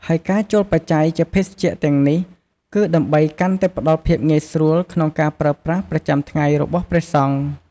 ហើយការចូលបច្ច័យជាភេសជ្ជៈទាំងនេះ គឺដើម្បីកាន់តែផ្ដល់ភាពងាយស្រួលក្នុងការប្រើប្រាស់ប្រចាំថ្ងៃរបស់ព្រះសង្ឃ។